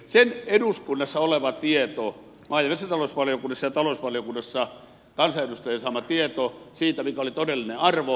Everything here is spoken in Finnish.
se eduskunnassa oleva tieto maa ja metsätalousvaliokunnassa ja talousvaliokunnassa kansanedustajien saama tieto siitä mikä oli todellinen arvo esti